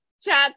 chat